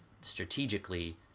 strategically